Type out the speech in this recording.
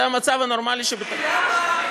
זה המצב הנורמלי, תגיד,